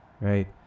right